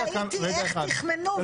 כשאני הייתי בקואליציה, ראיתי איך 'תחמנו'.